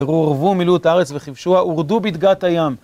פרו רבו ומילאו את הארץ וכיבשוה, ורדו בדגת הים.